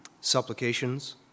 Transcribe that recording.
supplications